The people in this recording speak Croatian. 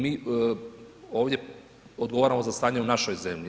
Mi ovdje odgovaramo za stanje u našoj zemlji.